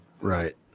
Right